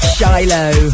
Shiloh